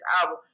album